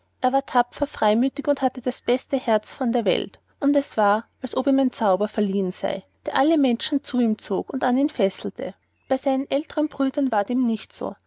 er war tapfer freimütig und hatte das beste herz von der welt und es war als ob ihm ein zauber verliehen sei der alle menschen zu ihm zog und an ihn fesselte bei seinen älteren brüdern war dem nicht so